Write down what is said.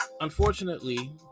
unfortunately